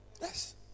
Yes